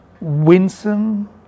Winsome